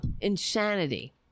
insanity